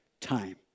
time